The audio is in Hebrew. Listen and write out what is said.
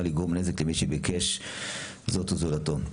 לגרום נזק למי שביקש זאת או זולתו.